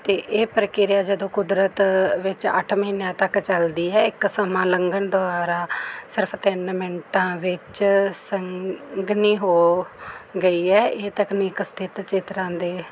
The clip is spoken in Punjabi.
ਅਤੇ ਇਹ ਪ੍ਰਕਿਰਿਆ ਜਦੋਂ ਕੁਦਰਤ ਵਿੱਚ ਅੱਠ ਮਹੀਨਿਆਂ ਤੱਕ ਚੱਲਦੀ ਹੈ ਇੱਕ ਸਮਾਂ ਲੰਘਣ ਦੁਆਰਾ ਸਿਰਫ਼ ਤਿੰਨ ਮਿੰਟਾਂ ਵਿੱਚ ਸੰਘਣੀ ਹੋ ਗਈ ਹੈ ਇਹ ਤਕਨੀਕ ਸਥਿਤ ਚਿੱਤਰਾਂ ਦੇ